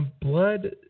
Blood